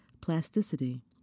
plasticity